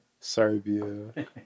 Serbia